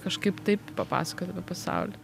kažkaip taip papasakoti pasauliui